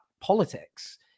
politics